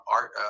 art